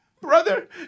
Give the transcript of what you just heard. Brother